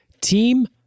Team